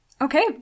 Okay